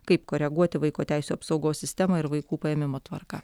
kaip koreguoti vaiko teisių apsaugos sistemą ir vaikų paėmimo tvarką